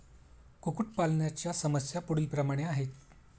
कुक्कुटपालनाच्या समस्या पुढीलप्रमाणे आहेत